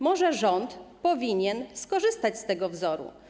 Może rząd powinien skorzystać z tego wzoru.